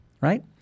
Right